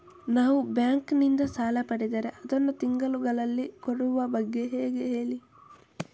ನಾವು ಬ್ಯಾಂಕ್ ನಿಂದ ಸಾಲ ಪಡೆದರೆ ಅದನ್ನು ತಿಂಗಳುಗಳಲ್ಲಿ ಕೊಡುವ ಬಗ್ಗೆ ಹೇಗೆ ಹೇಳಿ